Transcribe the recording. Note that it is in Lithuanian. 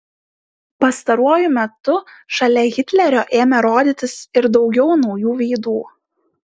pastaruoju metu šalia hitlerio ėmė rodytis ir daugiau naujų veidų